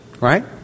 right